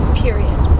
period